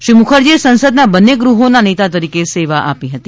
શ્રી મુખર્જીએ સંસદના બંને ગૃહોના નેતા તરીકે સેવા આપી હતી